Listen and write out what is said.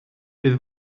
bydd